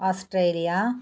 Australia